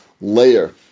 layer